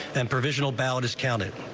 and provisional ballot is counted.